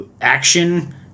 action